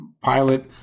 pilot